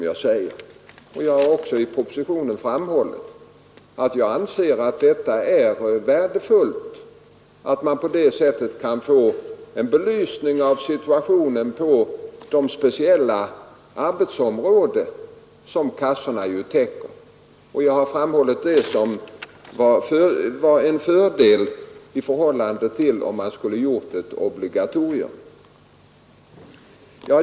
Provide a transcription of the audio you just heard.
Jag har också framhållit i propositionen att jag anser att det är värdefullt att man på det sättet kan få en belysning av situationen på de speciella arbetsområden som kassorna täcker. Jag har framhållit det som en fördel i förhållande till den ordning som fått tillämpas om man hade gjort ett obligatorium.